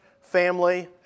family